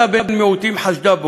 ראתה בן מיעוטים, חשדה בו,